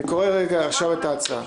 אני קורא עכשיו את ההצעה.